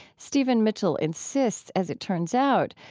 stephen mitchell insists, as it turns out,